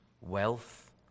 wealth